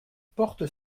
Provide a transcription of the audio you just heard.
porte